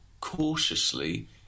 cautiously